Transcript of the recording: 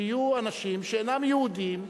שיהיו אנשים שאינם יהודים,